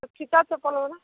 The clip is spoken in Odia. ଫିତା ସେ କଲର୍ର ନା